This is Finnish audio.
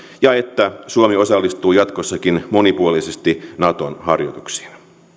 ja että suomi osallistuu jatkossakin monipuolisesti naton harjoituksiin